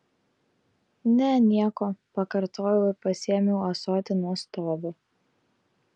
ne nieko pakartojau ir pasiėmiau ąsotį nuo stovo